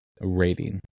rating